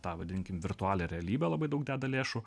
tą vadinkim virtualią realybę labai daug deda lėšų